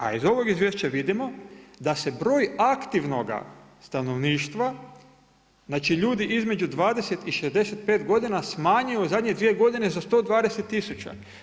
A iz ovog izvješća vidimo da se broj aktivnoga stanovništva, znači ljudi između 20 i 65 godina, smanjuju u zadnje dvije godine za 120 tisuća.